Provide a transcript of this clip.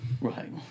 Right